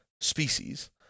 species